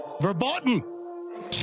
verboten